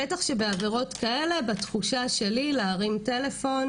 ובטח שבעבירות כאלה בתחושה שלי להרים טלפון,